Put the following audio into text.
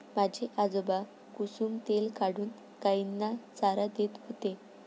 माझे आजोबा कुसुम तेल काढून गायींना चारा देत होते